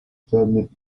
permanent